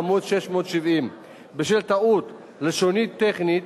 עמוד 670. בשל טעות לשונית טכנית